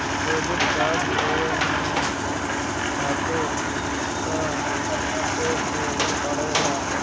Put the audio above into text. Credit card लेवे के खातिर का करेके पड़ेला?